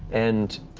and